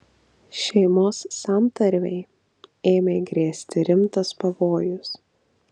šeimos santarvei ėmė grėsti rimtas pavojus